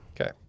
Okay